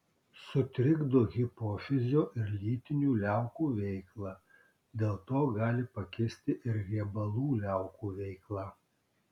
sutrikdo hipofizio ir lytinių liaukų veiklą dėl to gali pakisti ir riebalų liaukų veikla